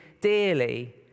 dearly